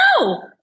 No